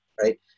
right